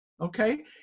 Okay